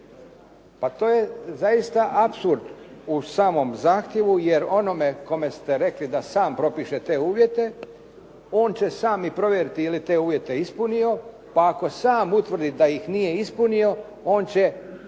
Pa to je zaista apsurd u samom zahtjevu jer onome kome ste rekli da sam propiše te uvjete, on će sam i provjeriti je li te uvjete ispunio pa ako sam utvrdi da ih nije ispunio, on će